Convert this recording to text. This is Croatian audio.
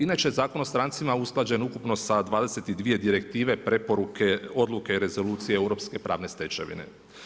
Inače je Zakon o strancima usklađen ukupno sa 22 direktive, preporuke, odluke i rezolucije europske pravne stečevine.